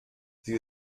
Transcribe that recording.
sie